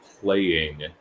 playing